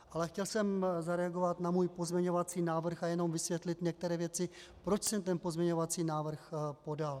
Ale chtěl jsem zareagovat na svůj pozměňovací návrh a jenom vysvětlit některé věci, proč jsem ten pozměňovací návrh podal.